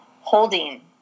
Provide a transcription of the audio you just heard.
holding